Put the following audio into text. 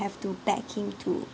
have to beg him to